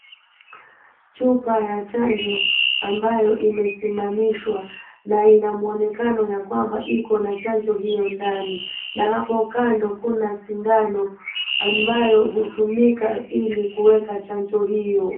Chupa ya chanjo ambayo umesimamishwa na ina muonekano ya kwamba iko na chanjo hiyo ndani na hapo kando kuna sindano ambayo hutumika ilikuweka chanjo hiyo.